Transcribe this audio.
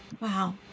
Wow